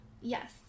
Yes